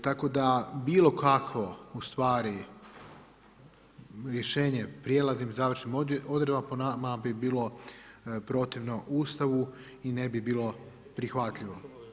Tako da bilo kakvo ustvari rješenje u prijelaznim i završnim odredbama po nama bi bilo protivno Ustavu i ne bi bilo prihvatljivo.